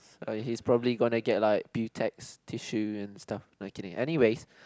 okay he probably gonna gets like bill tax tissue and stuff like anyway